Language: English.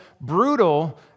brutal